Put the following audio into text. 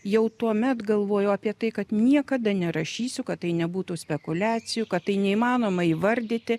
jau tuomet galvojau apie tai kad niekada nerašysiu kad tai nebūtų spekuliacijų kad tai neįmanoma įvardyti